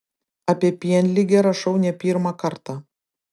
apie pienligę rašau ne pirmą kartą